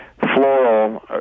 Floral